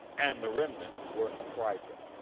and the remnant were affrighted,